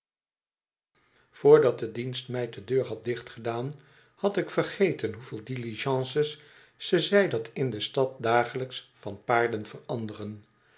vrdat de dienstmeid de deur had dicht gedaan had ik vergeten hoeveel diligences ze zei dat in de stad dagelijks van paarden verandoren